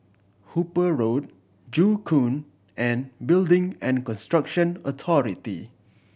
Hooper Road Joo Koon and Building and Construction Authority